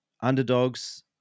underdogs